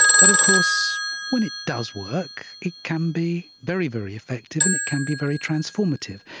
but of course when it does work it can be very, very effective and it can be very transformative.